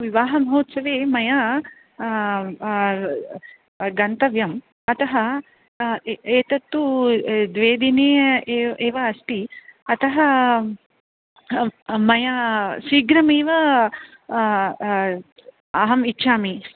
विवाह महोत्सवे मया गन्तव्यम् अतः एतत् तु द्वे दिने एव् एव अस्ति अतः मया शीघ्रमेव अहम् इच्छामि